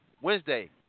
Wednesday